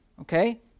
okay